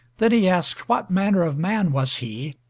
then he asked what manner of man was he,